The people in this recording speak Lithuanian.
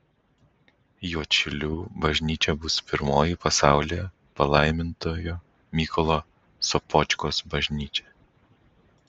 juodšilių bažnyčia bus pirmoji pasaulyje palaimintojo mykolo sopočkos bažnyčia